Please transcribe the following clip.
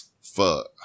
fuck